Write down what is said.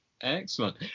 Excellent